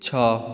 ଛଅ